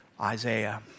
Isaiah